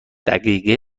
دقیقه